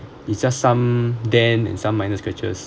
it's just some dent and some minor scratches